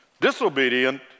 disobedient